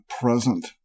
present